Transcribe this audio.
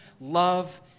love